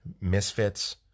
misfits